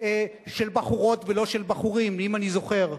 של בחורות, ולא של בחורים, אם אני זוכר.